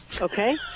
okay